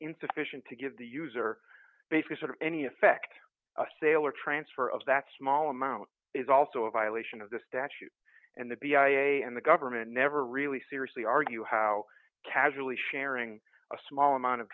insufficient to give the user base a sort of any effect a sale or transfer of that small amount is also a violation of the statute and the a and the government never really seriously argue how casually sharing a small amount of